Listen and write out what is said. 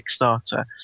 Kickstarter –